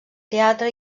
teatre